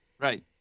Right